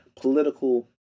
political